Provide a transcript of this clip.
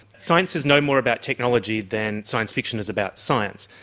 science is no more about technology than science fiction is about science.